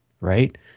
right